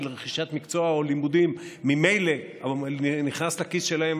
רכישת מקצוע או לימודים הוא ממילא נכנס לכיס שלהם,